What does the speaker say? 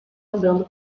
andando